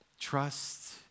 Trust